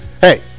Hey